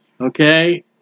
Okay